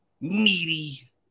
meaty